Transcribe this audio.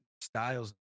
styles